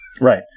Right